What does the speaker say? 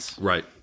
right